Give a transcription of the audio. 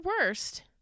worst